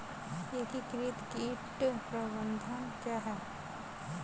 एकीकृत कीट प्रबंधन क्या है?